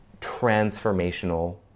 transformational